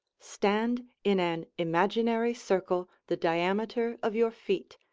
stand in an imaginary circle the diameter of your feet,